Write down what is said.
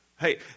Hey